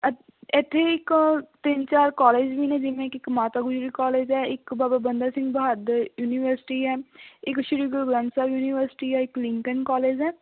ਇੱਥੇ ਇੱਕ ਤਿੰਨ ਚਾਰ ਕੋਲਜ ਵੀ ਨੇ ਜਿਵੇਂ ਕਿ ਇੱਕ ਮਾਤਾ ਗੁਜਰੀ ਕੋਲਜ ਹੈ ਇੱਕ ਬਾਬਾ ਬੰਦਾ ਸਿੰਘ ਬਹਾਦਰ ਯੂਨੀਵਰਸਿਟੀ ਹੈ ਇੱਕ ਸ਼੍ਰੀ ਗੁਰੂ ਗ੍ਰੰਥ ਸਾਹਿਬ ਯੂਨੀਵਰਸਿਟੀ ਹੈ ਇੱਕ ਲਿੰਕਲਨ ਕੋਲਜ ਹੈ